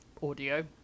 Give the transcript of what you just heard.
audio